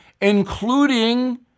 including